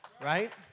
Right